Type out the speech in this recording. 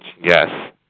Yes